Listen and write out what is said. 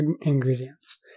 ingredients